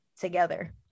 together